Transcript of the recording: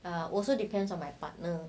also depends on my partner